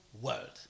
world